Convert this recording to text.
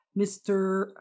Mr